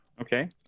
Okay